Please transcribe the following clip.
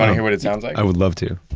hear what it sounds like? i would love to